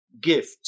gift